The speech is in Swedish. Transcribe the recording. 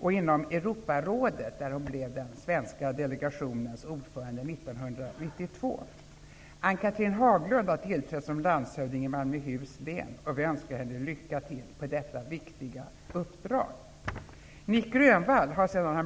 och inom Europarådet, där hon blev den svenska delegationens ordförande 1992. Ann Malmöhus län, och vi önskar henne lycka till på detta viktiga uppdrag.